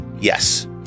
yes